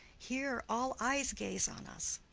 here all eyes gaze on us.